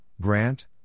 Grant